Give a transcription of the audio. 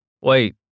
Wait